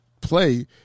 play